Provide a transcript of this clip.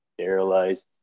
sterilized